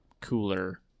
cooler